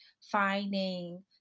finding